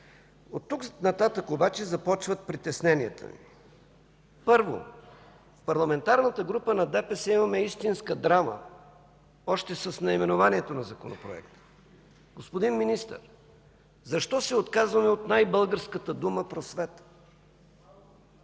Оттук нататък обаче започват притесненията ми. Първо, Парламентарната група на ДПС имаме истинска драма още с наименованието на Законопроекта. Господин Министър, защо се отказваме от най-българската дума „просвета”?